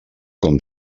com